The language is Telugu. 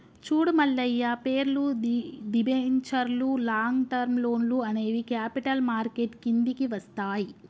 చూడు మల్లయ్య పేర్లు, దిబెంచర్లు లాంగ్ టర్మ్ లోన్లు అనేవి క్యాపిటల్ మార్కెట్ కిందికి వస్తాయి